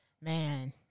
Man